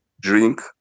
drink